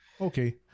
okay